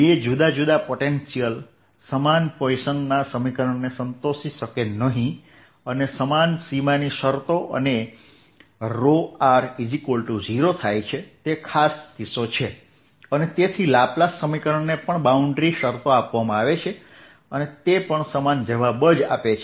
બે જુદા જુદા પોટેન્શિયલ સમાન પોઇસનના સમીકરણને સંતોષી શકે નહીં અને સમાન સીમાની શરતો અને r 0 થાય છે તે ખાસ કિસ્સો છે અને તેથી લાપ્લાસ સમીકરણને પણ બાઉન્ડ્રી શરતો આપવામાં આવે છે તે પણ સમાન જવાબ જ આપે છે